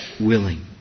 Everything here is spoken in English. willing